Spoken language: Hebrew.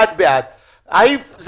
בסעיף 4,